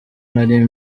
nari